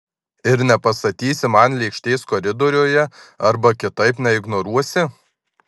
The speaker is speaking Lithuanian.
ir nepastatysi man lėkštės koridoriuje arba kitaip neignoruosi